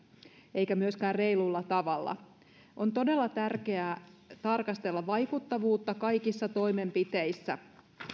eikä myöskään reilulla tavalla on todella tärkeää tarkastella vaikuttavuutta kaikissa toimenpiteissä